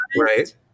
Right